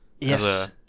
yes